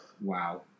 Wow